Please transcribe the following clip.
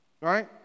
Right